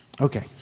Okay